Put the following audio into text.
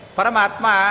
Paramatma